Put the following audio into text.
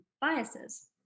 biases